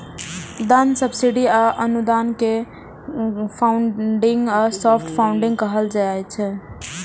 दान, सब्सिडी आ अनुदान कें क्राउडफंडिंग या सॉफ्ट फंडिग कहल जाइ छै